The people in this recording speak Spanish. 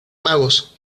magos